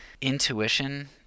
intuition